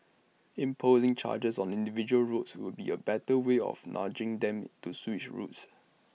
imposing charges on individual roads would be A better way of nudging them to switch routes